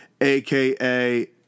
aka